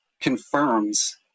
confirms